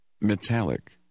Metallic